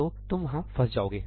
तो तुम वहाँ फंस जाओगे